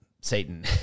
Satan